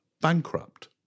bankrupt